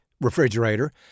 Refrigerator